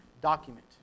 document